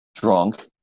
drunk